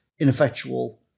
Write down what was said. ineffectual